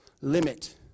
limit